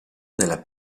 nella